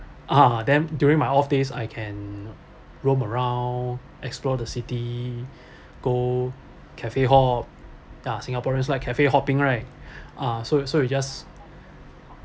ah then during my off days I can roam around explore the city go cafe hop ya singaporeans like cafe hopping right ah so so you just